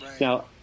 Now